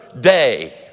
day